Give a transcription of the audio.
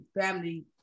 family